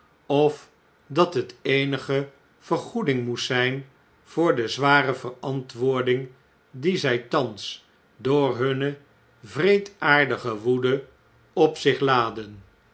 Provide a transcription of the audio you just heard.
of dat het eenige vergoeding moest zijn voor de ware verantwoording die zjj thans door hunne wreedaardige woede op zich laadden